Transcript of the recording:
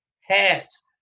hats